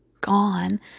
gone